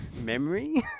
memory